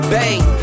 Bang